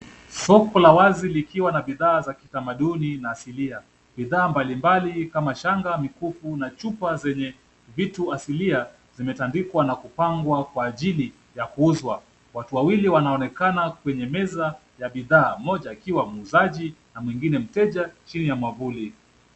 Soko la wazi likiwa na bidhaa za kitamaduni na asilia, bidhaa mbalimbali kama shanga, mikufu na chupa zenye vitu asilia, zimetandikwa na kupangwa kwa ajili ya kuuzwa. Watu wawili wanaonekana kwenye meza ya bidhaa, mmoja akiwa muuzaji na mwingine mteja chini ya mwavuli.